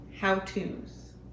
how-tos